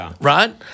right